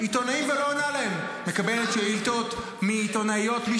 יוצא לך לקבל שאילתות מעיתונאים?